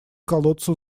колодцу